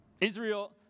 Israel